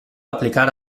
aplicar